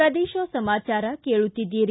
ಪ್ರದೇಶ ಸಮಾಚಾರ ಕೇಳುತ್ತಿದ್ದಿರಿ